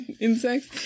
Insects